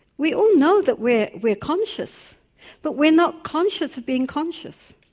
we all know that we're we're conscious but we're not conscious of being conscious.